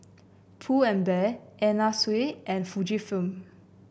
Pull and Bear Anna Sui and Fujifilm